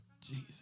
Jesus